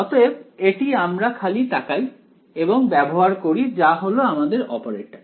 অতএব এটি আমরা খালি তাকাই এবং ব্যবহার করি যা হলো আমাদের অপারেটর